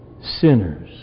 sinners